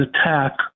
attack